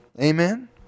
Amen